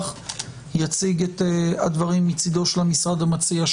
שיציג את הדברים מצידו של המשרד המציע,